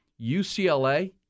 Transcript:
UCLA